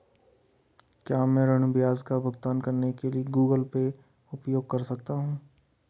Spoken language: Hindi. क्या मैं ऋण ब्याज का भुगतान करने के लिए गूगल पे उपयोग कर सकता हूं?